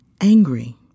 angry